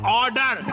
order